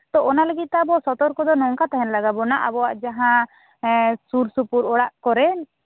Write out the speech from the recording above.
ᱱᱤᱛᱳᱜ ᱚᱱᱟ ᱞᱟ ᱜᱤᱫ ᱛᱮ ᱥᱚᱛᱚᱨᱠᱚ ᱫᱚ ᱱᱚᱝᱠᱟ ᱛᱟᱦᱮᱱ ᱞᱟᱜᱟᱣ ᱵᱚᱱᱟ ᱟᱵᱚᱣᱟᱜ ᱡᱟᱦᱟᱸ ᱮᱸᱜ ᱥᱩᱨᱼᱥᱩᱯᱩᱨ ᱚᱲᱟᱜ ᱠᱚᱨᱮ